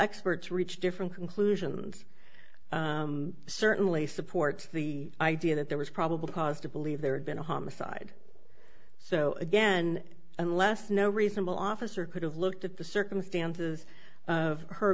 experts reach different conclusions certainly supports the idea that there was probable cause to believe there had been a homicide so again unless no reasonable officer could have looked at the circumstances of her